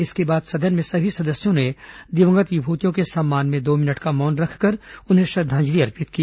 इसके बाद सदन में सभी सदस्यों ने दिवंगत विभूतियों के सम्मान में दो मिनट का मौन रखकर उन्हें श्रद्वांजलि अर्पित की